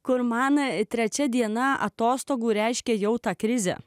gurmanai trečia diena atostogų reiškia jau tą krizę